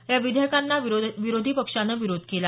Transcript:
या विधेयकांना विरोधी पक्षानं विरोध केला